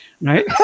Right